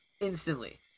instantly